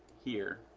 here.